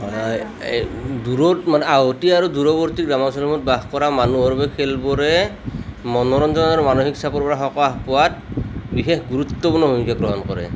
এই দূৰত মানে আওহতীয়া আৰু দূৰৱৰ্তী গ্ৰামাঞ্চলসমূহত বাস কৰা মানুহৰ বাবে খেলবোৰে মনোৰঞ্জন আৰু মানসিক চাপৰ পৰা সকাহ পোৱাত বিশেষ গুৰুত্বপূৰ্ণ ভূমিকা গ্ৰহণ কৰে